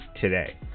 today